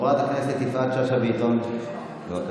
חברת הכנסת יפעת שאשא ביטון, בבקשה.